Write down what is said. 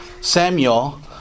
Samuel